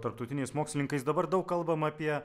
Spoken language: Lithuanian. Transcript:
tarptautiniais mokslininkais dabar daug kalbama apie